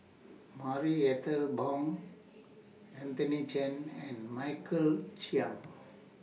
Marie Ethel Bong Anthony Chen and Michael Chiang